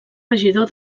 regidor